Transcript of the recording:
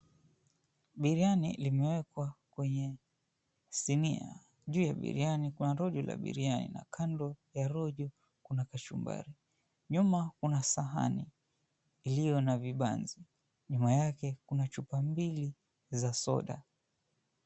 Biriani limewekwa kwenye sinia. Juu ya biriani kuna rojo la biriani na kando ya rojo kuna kachumbari. Nyuma kuna sahani iliyo na vibanzi, nyuma yake kuna chupa mbili za soda.